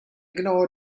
genaue